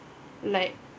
like